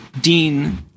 Dean